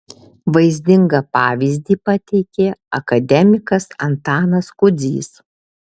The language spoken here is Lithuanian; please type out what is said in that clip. vaizdingą pavyzdį pateikė akademikas antanas kudzys